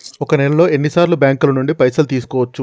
ఒక నెలలో ఎన్ని సార్లు బ్యాంకుల నుండి పైసలు తీసుకోవచ్చు?